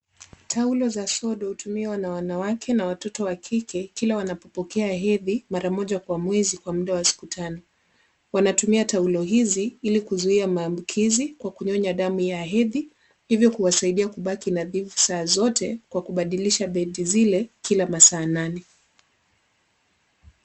Taulo za sodo hutumiwa na wanawake na watoto wa kike kila wanapopokea hedhi mara moja kwa mwezi kwa muda wa siku tano. Wanatumia taulo hizi ili kuzuia maambukizi kwa kunyonya damu ya hedhi, hivyo kuwasaidia kubaki nadhifu saa zote kwa kubadilisha benti zile kila masaa nane.